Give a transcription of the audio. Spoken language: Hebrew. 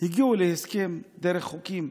הגיעו להסכם, דרך חוקים.